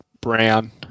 Brown